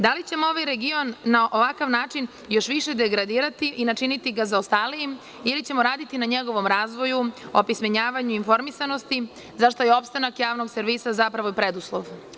Da li ćemo ovaj region na ovakav način još više degradirati i načiniti ga zaostalijim ili ćemo radi na njegovom razvoju, opismenjavanju, informisanosti zašta je opstanak javnog servisa zapravo preduslov?